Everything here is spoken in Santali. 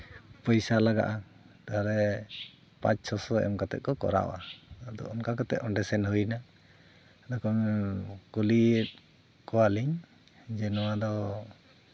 ᱯᱚᱭᱥᱟ ᱞᱟᱜᱟᱜᱼᱟ ᱛᱟᱦᱚᱞᱮ ᱯᱟᱸᱪ ᱪᱷᱚ ᱥᱚ ᱮᱢ ᱠᱟᱛᱮ ᱠᱚ ᱠᱚᱨᱟᱣᱟ ᱟᱫᱚ ᱚᱱᱠᱟ ᱠᱟᱛᱮ ᱚᱸᱰᱮ ᱥᱮᱱ ᱦᱩᱭᱱᱟ ᱠᱩᱞᱤ ᱠᱚᱣᱟᱞᱤᱧ ᱡᱮ ᱱᱚᱣᱟᱫᱚ